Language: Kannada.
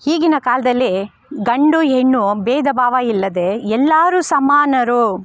ಈಗಿನ ಕಾಲದಲ್ಲಿ ಗಂಡು ಹೆಣ್ಣು ಭೇದ ಭಾವ ಇಲ್ಲದೇ ಎಲ್ಲರೂ ಸಮಾನರು